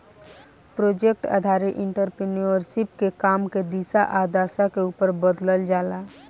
project आधारित entrepreneurship के काम के दिशा आ दशा के उपर बदलल जाला